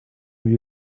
have